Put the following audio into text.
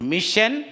Mission